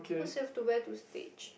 cause you have to wear to stage